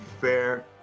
fair